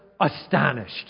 astonished